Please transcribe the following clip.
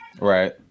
right